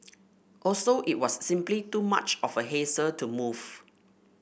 also it was simply too much of a hassle to move